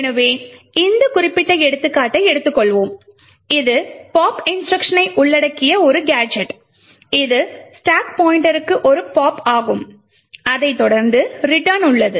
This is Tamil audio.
எனவே இந்த குறிப்பிட்ட எடுத்துக்காட்டை எடுத்துக்கொள்கிறோம் இது pop இன்ஸ்ட்ருக்ஷனை உள்ளடக்கிய ஒரு கேஜெட் இது ஸ்டாக் பாய்ண்ட்டருக்கு ஒரு pop ஆகும் அதைத் தொடர்ந்து return உள்ளது